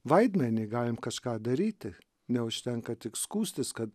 vaidmenį galim kažką daryti neužtenka tik skųstis kad